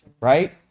right